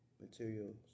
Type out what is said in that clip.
materials